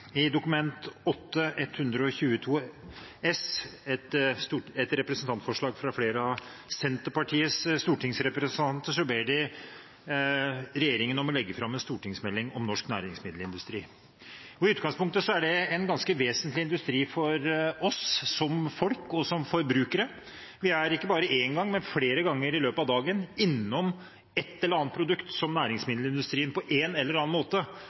I Dokument 8:122 S, et representantforslag fra flere av Senterpartiets stortingsrepresentanter, ber de regjeringen om å legge fram en stortingsmelding om norsk næringsmiddelindustri. I utgangspunktet er det en ganske vesentlig industri for oss som folk og som forbrukere. Vi er ikke bare én gang, men flere ganger i løpet av dagen innom et eller annet produkt som næringsmiddelindustrien på en eller annen måte